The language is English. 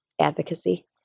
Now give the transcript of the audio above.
Advocacy